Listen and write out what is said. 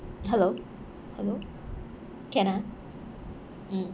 hello hello can ah mm